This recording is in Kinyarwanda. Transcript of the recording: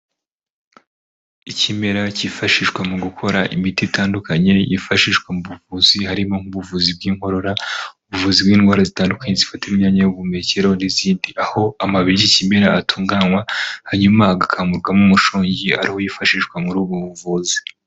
Ikimera cyifashishwa mu gukora imiti itandukanye yifashishwa mu buvuzi, harimo nk'ubuvuzi bw'inkorora, ubuvuzi bw'indwara zitandukanye zifata imyanya y'ubuhumekero n'izindi, aho amababi y'iki kimera atunganywa hanyuma agakamurwamo umushongi ariwo wifashishwa muri ubu buvuzi.